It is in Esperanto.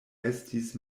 estis